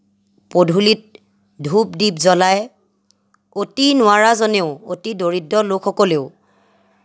পদূলিত ধূপ দীপ জ্বলাই অতি নোৱাৰা জনেও অতি দৰিদ্ৰ লোকসকলেও